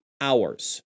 hours